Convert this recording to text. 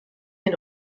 den